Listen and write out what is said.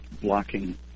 blocking